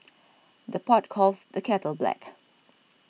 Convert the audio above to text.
the pot calls the kettle black